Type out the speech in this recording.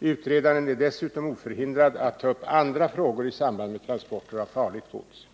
Utredaren är dessutom oförhindrad att ta upp andra frågor i samband med transporter av farligt gods.